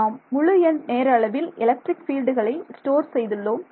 நாம் முழு எண் நேர அளவில் எலக்ட்ரிக் பீல்டுகளை ஸ்டோர் செய்துள்ளோம்